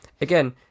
Again